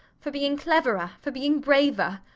for being cleverer? for being braver?